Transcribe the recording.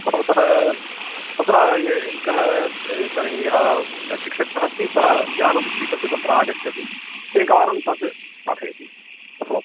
भवतः तत्र एकः इदानीं यः शिक्षकः अस्ति सः यानं स्वीकृत्य तत्र आगच्छति एकवारं तत् पाठयति अस्तु